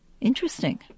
Interesting